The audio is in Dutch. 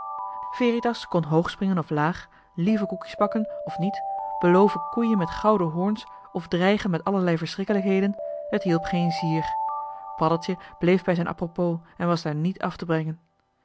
veritas kon hoog springen of laag lieve koekjes bakken of niet beloven koeien met gouden hoorns of dreigen met allerlei verschrikkelijkheden t hielp geen zier paddeltje bleef bij zijn apropos en was daar niet af te brengen